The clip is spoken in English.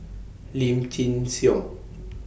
Lim Chin Siong